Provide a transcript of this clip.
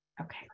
Okay